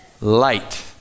light